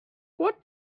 what